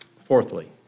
Fourthly